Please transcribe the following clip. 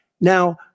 Now